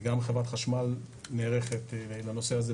גם חברת חשמל נערכת לנושא הזה,